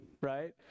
right